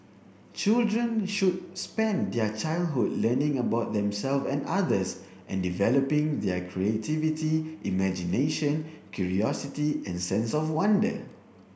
children should spend their childhood learning about themselves and others and developing their creativity imagination curiosity and sense of wonder